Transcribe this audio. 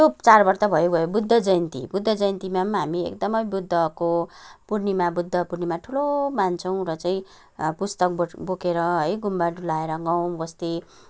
त्यो चाडबाड त भयो भयो बुद्ध जयन्ती बुद्ध जयन्तीमा पनि हामी एकदमै बुद्धको पूर्णिमा बुद्ध पूर्णिमा ठुलो मान्छौँ र चाहिँ पुस्तक बोकेर है गुम्बा डुलाएर गाउँ बस्ती